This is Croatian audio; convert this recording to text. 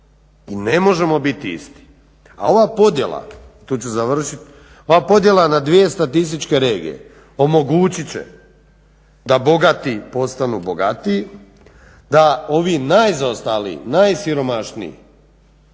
i ne možemo biti isti. A ova podjela, tu ću završit, ova podjela na dvije statističke regije omogućit će da bogati postanu bogatiji, da ovi najzaostaliji, najsiromašniji